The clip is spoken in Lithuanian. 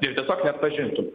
ir tiesiog neatpažintum